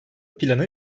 planı